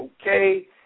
okay